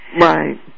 Right